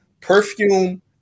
perfume